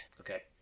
Okay